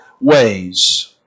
ways